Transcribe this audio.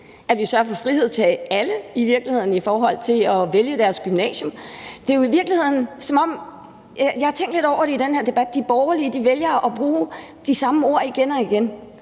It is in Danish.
sørger for frihed til alle i forhold til at vælge deres gymnasium. Og jeg har tænkt lidt over det i den her debat: De borgerlige vælger at bruge de samme ord igen og igen,